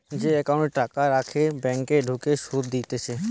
যে একাউন্টে টাকা রাখলে ব্যাঙ্ক থেকে সুধ দিতেছে